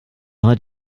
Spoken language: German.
hat